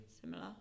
Similar